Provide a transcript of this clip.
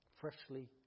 freshly